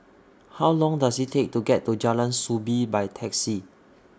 How Long Does IT Take to get to Jalan Soo Bee By Taxi